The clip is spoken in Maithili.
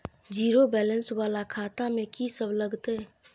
जीरो बैलेंस वाला खाता में की सब लगतै?